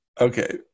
Okay